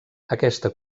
aquesta